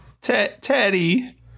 Teddy